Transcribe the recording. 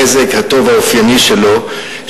היושב-ראש הסביר במזג הטוב האופייני שלו,